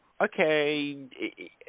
okay